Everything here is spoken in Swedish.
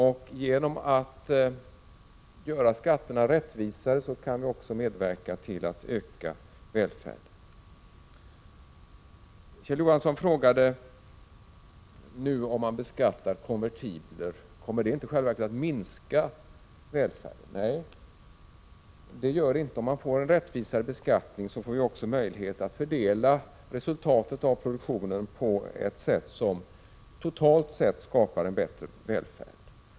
Genom att göra skatterna rättvisare kan vi också medverka till att öka välfärden. Kjell Johansson frågade: Om man beskattar konvertibler, kommer det inte i själva verket att minska välfärden? Nej, det gör det inte. Om man får en rättvisare beskattning får vi också möjlighet att fördela resultatet av produktionen på ett sätt som totalt sett skapar en bättre välfärd.